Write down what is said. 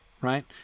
right